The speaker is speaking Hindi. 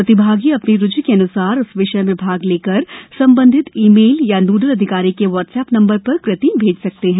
प्रतिभागी अपनी रुचि के अन्सार उस विषय मे भाग लेकर संबंधित ईमेल या नोडल अधिकारी के वाट्सएप नम्बर पर कृति भेज सकते हैं